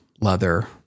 leather